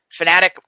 Fnatic